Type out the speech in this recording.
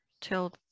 till